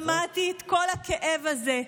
שמעתי את כל הכאב הזה.